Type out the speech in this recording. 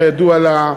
כידוע,